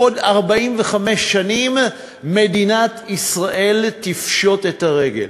בעוד 45 שנים מדינת ישראל תפשוט את הרגל.